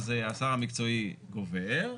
אז השר המקצועי גובר.